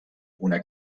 una